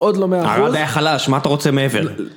עוד לא 100%? הרעב היה חלש, מה אתה רוצה מעבר?